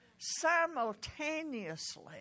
Simultaneously